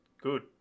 good